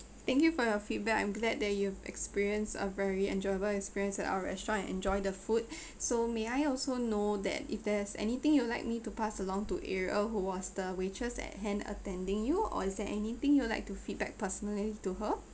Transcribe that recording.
thank you for your feedback I'm glad that you've experienced a very enjoyable experience at our restaurant and enjoy the food so may I also know that if there is anything you like me to pass along to ariel who was the waitress at hand attending you or is there anything you'd like to feedback personally to her